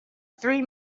three